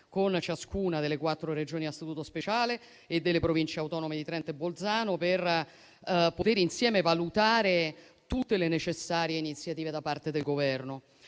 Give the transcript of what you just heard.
con ciascuna delle quattro Regioni a Statuto speciale e delle Province autonome di Trento e Bolzano per poter insieme valutare tutte le necessarie iniziative da parte del Governo.